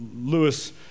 Lewis